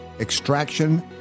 Extraction